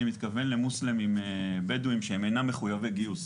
אני מתכוון למוסלמים בדואים שהם אינם מחויבי גיוס.